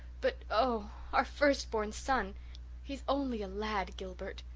but oh our first-born son he's only a lad gilbert